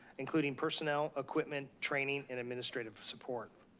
including personnel, equipment, training and administrative support.